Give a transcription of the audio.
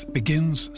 begins